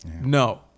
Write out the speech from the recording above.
no